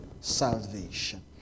salvation